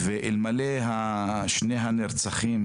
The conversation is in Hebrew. אלמלא שני הנרצחים